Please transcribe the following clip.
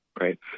Right